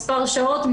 מספר שעות,